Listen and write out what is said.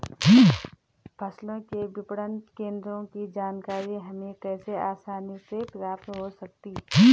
फसलों के विपणन केंद्रों की जानकारी हमें कैसे आसानी से प्राप्त हो सकती?